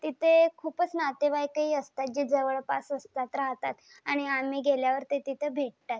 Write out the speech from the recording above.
तिथे खूपच नातेवाईकही असतात जे जवळपास असतात राहतात आणि आम्ही गेल्यावर ते तिथं भेटतात